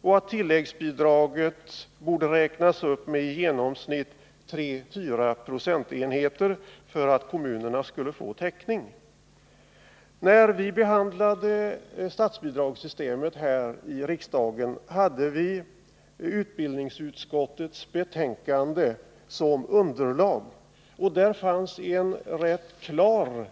och att tilläggsbidraget borde räknas upp med i genomsnitt 3-4 20 för att kommunerna skulle få täckning. När vi behandlade statsbidragssystemet här i riksdagen hade vi utbildningsutskottets betänkande som underlag. Där fanns en rätt klar